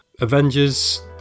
Avengers